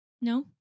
No